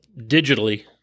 digitally